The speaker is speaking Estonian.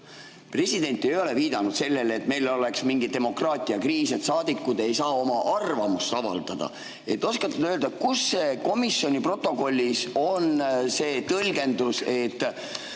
President ei ole viidanud sellele, et meil oleks mingi demokraatiakriis, et saadikud ei saa oma arvamust avaldada. Oskate te öelda, kus komisjoni protokollis on see tõlgendus, et